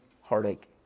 heartache